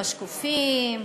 בשקופים,